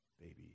baby